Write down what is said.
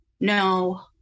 No